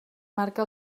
marca